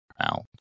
out